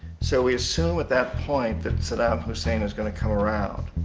so, we assumed at that point that saddam hussein is gonna come around.